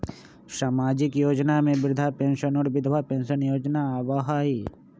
सामाजिक योजना में वृद्धा पेंसन और विधवा पेंसन योजना आबह ई?